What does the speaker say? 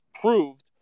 proved